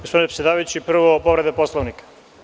Gospodine predsedavajući, prvo povreda Poslovnika.